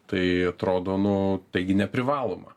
tai atrodo nu taigi neprivaloma